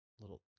little